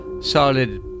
solid